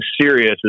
serious